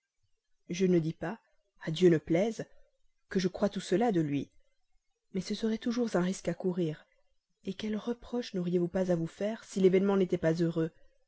je ne dis pas à dieu ne plaise que je croie tout cela de lui mais ce serait toujours un risque à courir quels reproches n'auriez-vous pas à vous faire si l'événement n'était pas heureux